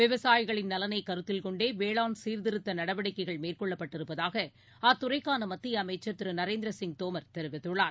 விவசாயிகள் நலனைகருத்தில் கொண்டே வேளாண் சீர்திருத்தநடவடக்கைகள் மேற்கொள்ளப்பட்டிருப்பதாகஅத்துறைக்கானமத்தியஅமைச்சர் திரு நரேந்திரசிங் தோமர் தெரிவித்துள்ளார்